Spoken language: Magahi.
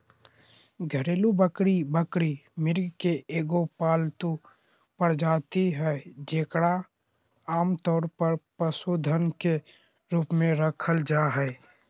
घरेलू बकरी बकरी, मृग के एगो पालतू प्रजाति हइ जेकरा आमतौर पर पशुधन के रूप में रखल जा हइ